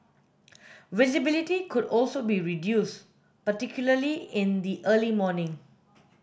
visibility could also be reduced particularly in the early morning